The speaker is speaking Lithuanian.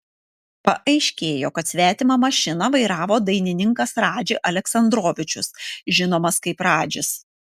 paaiškėjo kad svetimą mašiną vairavo dainininkas radži aleksandrovičius žinomas kaip radžis